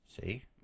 See